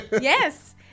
yes